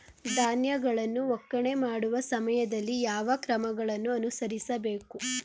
ಧಾನ್ಯಗಳನ್ನು ಒಕ್ಕಣೆ ಮಾಡುವ ಸಮಯದಲ್ಲಿ ಯಾವ ಕ್ರಮಗಳನ್ನು ಅನುಸರಿಸಬೇಕು?